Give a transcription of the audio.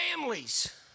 families